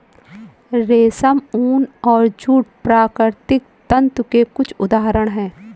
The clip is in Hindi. रेशम, ऊन और जूट प्राकृतिक तंतु के कुछ उदहारण हैं